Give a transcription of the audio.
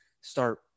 start